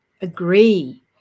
agree